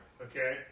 Okay